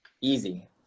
easy